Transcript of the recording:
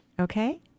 Okay